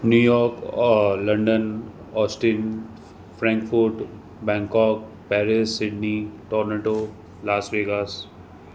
New York London Austin Frankfurt Bangkok Paris Sydney Toronto Las Vegas